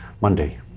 Monday